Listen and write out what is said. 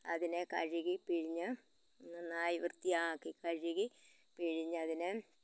അതിനെ കഴുകിപ്പിഴിഞ്ഞ് നന്നായി വൃത്തിയാക്കി കഴുകി പിഴിഞ്ഞതിനെ